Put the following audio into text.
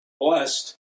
blessed